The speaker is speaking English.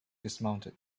dismounted